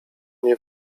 nie